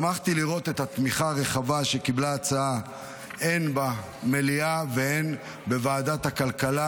שמחתי לראות את התמיכה הרחבה שקיבלה ההצעה הן במליאה והן בוועדת הכלכלה.